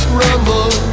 rumble